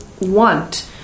want